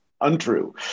untrue